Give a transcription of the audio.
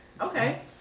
Okay